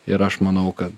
ir aš manau kad